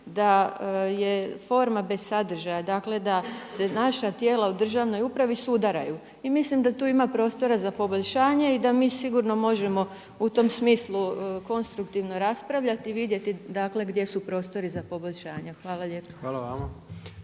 da je forma bez sadržaja. Dakle da se naša tijela u državnoj upravi sudaraju. I mislim da tu ima prostora za poboljšanje i da mi sigurno možemo u tom smislu konstruktivno raspravljati i vidjeti dakle gdje su prostori za poboljšanja. Hvala lijepa.